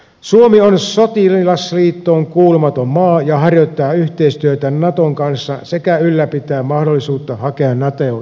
suomi on sotilasliittoon kuulumaton maa ja harjoittaa yhteistyötä naton kanssa sekä ylläpitää mahdollisuutta hakea nato jäsenyyttä